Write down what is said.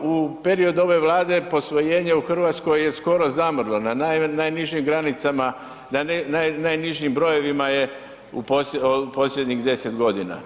U periodu ove Vlade posvojenje u RH je skoro zamrlo, na najnižim granicama, na najnižim brojevima je u posljednjih 10.g.